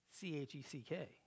C-H-E-C-K